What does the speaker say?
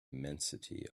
immensity